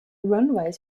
runways